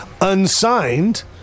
Unsigned